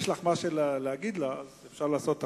יש לך משהו להגיד לה, אפשר לעשות אחרת.